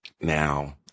now